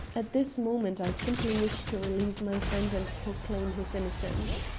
at this moment i simply wish to release my friend and proclaim his innocence.